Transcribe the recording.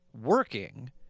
working